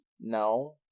no